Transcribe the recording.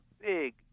big